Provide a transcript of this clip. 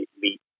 Meet